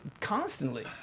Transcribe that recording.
constantly